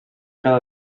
cada